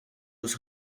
was